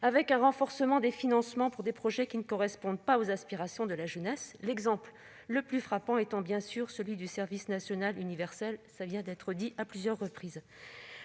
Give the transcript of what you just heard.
et un renforcement des financements de projets qui ne correspondent pas aux aspirations de la jeunesse, l'exemple le plus frappant étant celui du service national universel, comme cela a déjà été souligné à plusieurs reprises.